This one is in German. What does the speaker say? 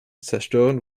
zerstören